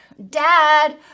dad